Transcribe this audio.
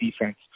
defense